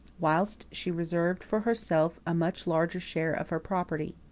whilst she reserved for herself a much larger share of her property.